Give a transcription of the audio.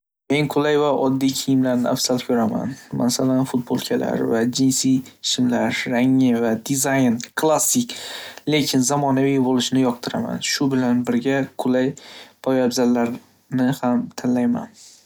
Men qulay va oddiy kiyimlarni afzal ko'raman, masalan, futbolkalar va jinsi shimlar. Rangi va dizayni klassik, lekin zamonaviy bo'lishini yoqtiraman. Shu bilan birga, qulay poyabzalarni ham tanlayman.